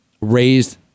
raised